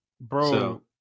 bro